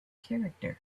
character